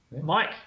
Mike